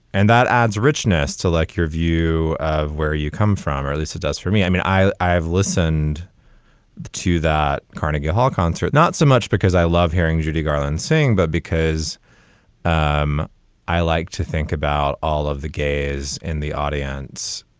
and that adds richness to like your view of where you come from. lisa does for me. i mean, i i have listened to that carnegie hall concert, not so much because i love hearing judy garland sing, but because um i like to think about all of the gays in the audience,